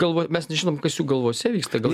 galvoj mes nežinom kas jų galvose vyksta gal